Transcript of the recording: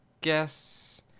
guess